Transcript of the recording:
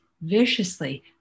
viciously